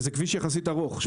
זה כביש יחסית ארוך.